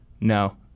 No